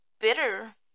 bitter